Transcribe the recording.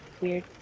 Weird